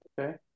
Okay